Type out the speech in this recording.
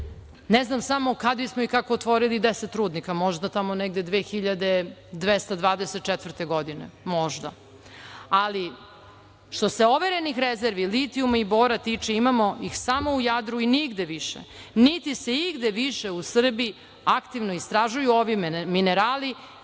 Ne znam samo kad bismo i kako otvorili deset rudnika. Možda tamo negde 2224. godine, možda. Što se overenih rezervi litijuma i bora tiče imamo ih samo u Jadru i nigde više, niti se igde više u Srbiji aktivno istražuju ovi minerali.